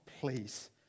please